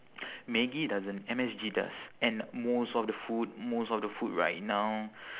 maggi doesn't M_S_G does and most of the food most of the food right now